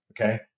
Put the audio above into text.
Okay